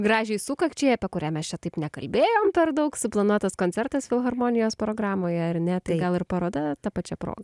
gražiai sukakčiai apie kurią mes čia taip nekalbėjome per daug suplanuotas koncertas filharmonijos programoje ar ne tai gal ir paroda ta pačia proga